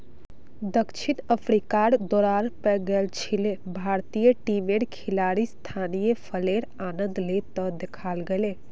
दक्षिण अफ्रीकार दौरार पर गेल छिले भारतीय टीमेर खिलाड़ी स्थानीय फलेर आनंद ले त दखाल गेले